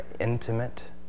intimate